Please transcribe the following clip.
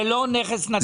זה לא נכס נטוש.